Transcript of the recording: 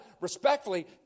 respectfully